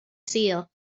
sul